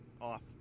off